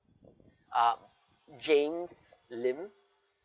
uh james lim